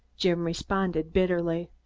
jim responded bitterly.